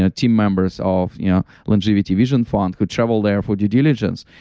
ah team members of you know longevity vision fund could travel there for due diligence.